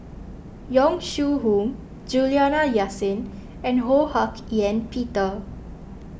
Yong Shu Hoong Juliana Yasin and Ho Hak Ean Peter